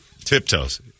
Tiptoes